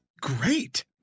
great